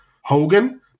Hogan